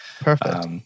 Perfect